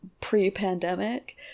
pre-pandemic